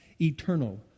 eternal